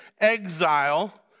exile